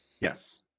Yes